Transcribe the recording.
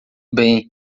bem